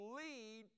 lead